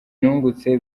nungutse